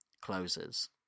closes